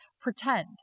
pretend